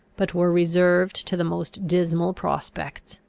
but were reserved to the most dismal prospects,